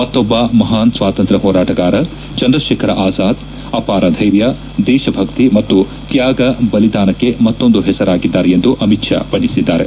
ಮತ್ತೊಬ್ಲ ಮಹಾನ್ ಸ್ನಾತಂತ್ರ್ಯ ಹೋರಾಟಗಾರ ಚಂದ್ರಶೇಖರ ಆಜಾದ್ ಅಪಾರ ಧೈರ್ಯ ದೇಶಭಕ್ತಿ ಮತ್ತು ತ್ಲಾಗ ಬಲಿದಾನಕ್ಕೆ ಮತ್ತೊಂದು ಹೆಸರಾಗಿದ್ದಾರೆ ಎಂದು ಅಮಿತ್ ಶಾ ಬಣ್ಣಿಸಿದ್ದಾರೆ